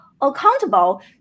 accountable